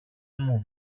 μου